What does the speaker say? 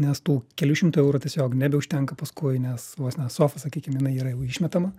nes tų kelių šimtų eurų tiesiog nebeužtenka paskui nes vos ne sofa sakykim jinai yra jau išmetama